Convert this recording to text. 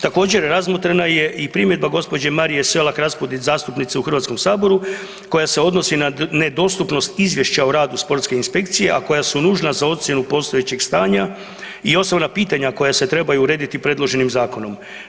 Također razmotrena je i primjedba gospođe Marije Selak Raspudić zastupnice u Hrvatskom saboru koja se odnosi na nedostupnost izvješća o radu sportske inspekcije, a koja su nužna za ocjenu postojećeg stanja i osnovna pitanja koja se trebaju urediti predloženim zakonom.